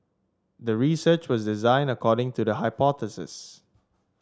the research was designed according to the hypothesis